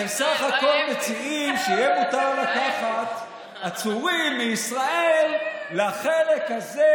אתם בסך הכול מציעים שיהיה מותר לקחת עצורים מישראל לחלק הזה,